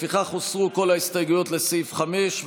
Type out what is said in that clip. לפיכך הוסרו כל ההסתייגויות לסעיף 5,